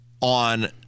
on